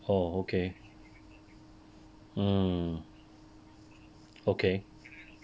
orh okay mm okay